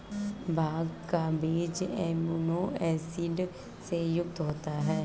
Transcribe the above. भांग का बीज amino acid से युक्त होता है